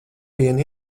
vienu